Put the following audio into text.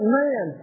man